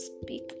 speak